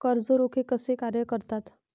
कर्ज रोखे कसे कार्य करतात?